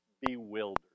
bewildered